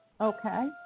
Okay